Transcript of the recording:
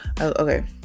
Okay